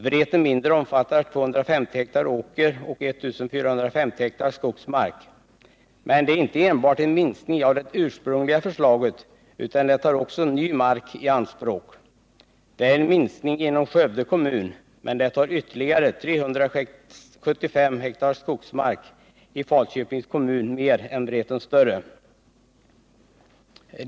Vreten mindre omfattar 250 hektar åker och 1 450 hektar skogsmark men är inte enbart en minskning av det ursprungliga förslaget utan tar också ny mark i anspråk. Det är en minskning inom Skövde kommun, men det tar ytterligare 375 hektar skogsmark i Falköpings kommun jämfört med Vreten större.